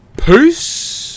Peace